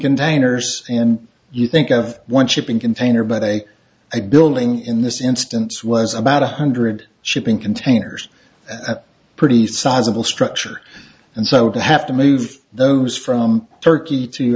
containers and you think of one shipping container but a building in this instance was about one hundred shipping containers pretty sizable structure and so to have to move those from turkey to